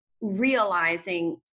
realizing